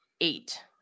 eight